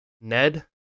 Ned